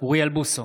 אוריאל בוסו,